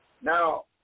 Now